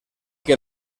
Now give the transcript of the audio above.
que